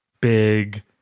big